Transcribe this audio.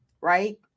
right